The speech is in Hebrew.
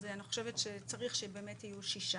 אז אני חושבת שצריך שבאמת יהיו שישה,